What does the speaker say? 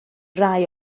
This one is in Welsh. rai